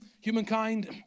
humankind